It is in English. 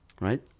right